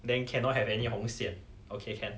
then cannot have any 红线 okay can